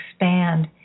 expand